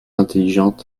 intelligente